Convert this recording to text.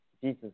Jesus